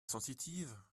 sensitive